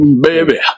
baby